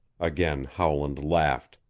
again howland laughed,